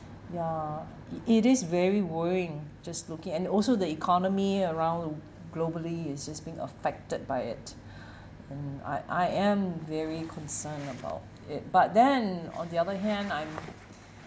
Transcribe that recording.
ya it it is very worrying just looking and also the economy around globally is just being affected by it and I I am very concerned about it but then on the other hand I'm